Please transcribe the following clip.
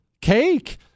cake